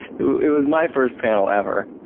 it was my first panel ever.